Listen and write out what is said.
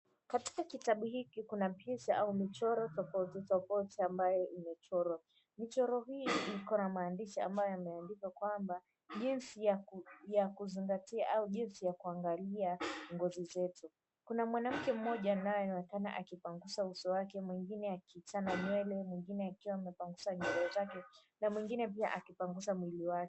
Katika kitabu hiki kuna picha au michoro tofauti tofauti ambayo imechorwa. Michoro hii iko na maandishi ambayo ymeandikwa kwamba jinsi ya kuzingatia au jinsi ya kuangalia ngozi zetu. Kuna mwanamke mmoja anayeonekana akipanguza uso wake, mwingine akichana nywele , mwingine akiwa amepanguza nywele zake na mwingine pia akipanguza mwili wake.